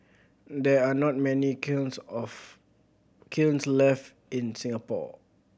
there are not many kilns of kilns left in Singapore